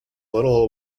little